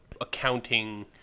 accounting